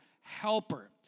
helper